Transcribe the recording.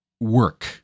work